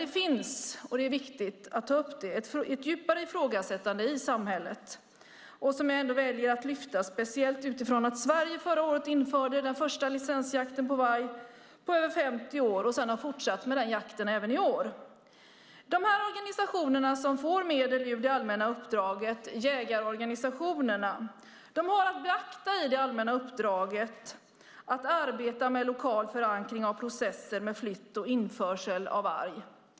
Det finns dessutom - det är viktigt att ta upp - ett djupare ifrågasättande i samhället, vilket jag väljer att lyfta fram. Jag gör det speciellt med tanke på att Sverige förra året införde den första licensjakten på varg på över 50 år och sedan har fortsatt med den jakten även i år. De organisationer som får medel för det allmänna uppdraget, jägarorganisationerna, har att beakta att arbeta med lokal förankring av processerna med flytt och införsel av varg.